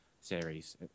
series